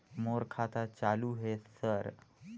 मोर खाता चालु हे सर?